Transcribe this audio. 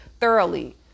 thoroughly